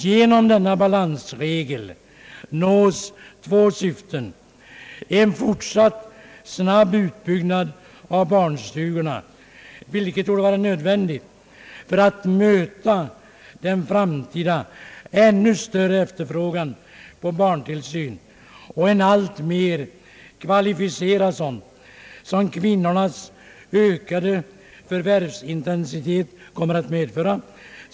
Genom denna balansregel nås två syften. Det blir en fortsatt snabb utbygnad av barnstugorna, vilket torde vara nödvändigt för att möta den framtida ännu större efterfrågan på barntillsyn — och en ännu mera kvalificerad sådan — som kvinnornas ökade förvärvsintensitet kommer att medföra.